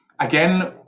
Again